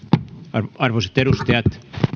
arvoisat edustajat